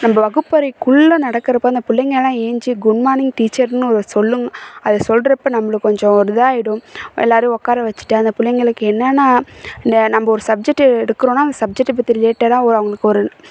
நம்மள வகுப்பறைக்குள்ள நடக்கிறப்போ அந்த பிள்ளைங்கலாம் ஏழுஞ்ச்சி குட் மானிங் டீச்சர்ன்னு ஒரு சொல்லுங்க அது சொல்கிறப்ப நம்மளுக்கு கொஞ்சம் ஒரு இதாக ஆகிடும் எல்லோரையும் உக்கார வச்சுட்டு அந்த பிள்ளைங்களுக்கு என்னென்ன இந்த நம்ம ஒரு சப்ஜெக்ட்டை எடுக்கிறோன்னால் அந்த சப்ஜெக்ட்டை பற்றி ரிலேட்டடாக அது அவங்களுக்கு ஒரு